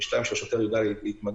וגם כדי שיידע להתמגן,